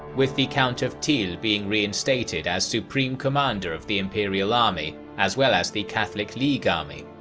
with the count of tilly being reinstated as supreme commander of the imperial army, as well as the catholic league army.